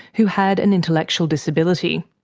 who had an intellectual disability.